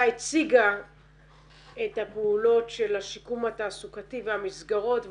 והיא הציגה את הפעולות של השיקום התעסוקתי והמסגרות.